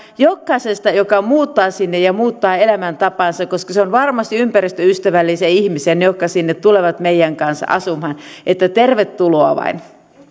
jokaisesta joka muuttaa sinne ja muuttaa elämäntapansa koska ne ovat varmasti ympäristöystävällisiä ihmisiä jotka sinne tulevat meidän kanssamme asumaan että tervetuloa vain